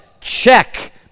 check